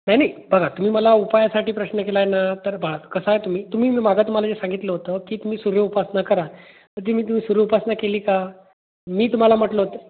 नाही नाही बघा तुम्ही मला उपायासाठी प्रश्न केला आहे ना तर पहा कसं आहे तुम्ही तुम्ही मग मागं तुम्हाला जे सांगितलं होतं की तुम्ही सूर्य उपासना करा तर तुम्ही ती सूर्य उपासना केली का मी तुम्हाला म्हटलं होतं